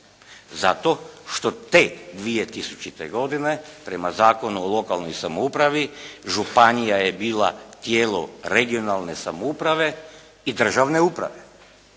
zato što te 2000. godine prema Zakonu o lokalnoj samoupravi županija je bila tijelo regionalne samouprave i državne uprave